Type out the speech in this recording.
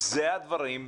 אלה הם הדברים,